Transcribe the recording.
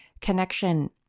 connection